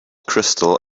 crystal